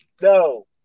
No